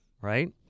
Right